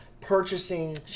purchasing